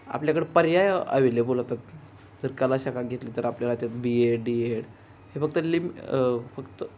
आपल्याकडं पर्याय अवेलेबल होतात जर कला शाखा घेतली तर आपल्या राज्यात बी एड डी एड हे फक्त लिम फक्त